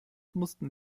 mussten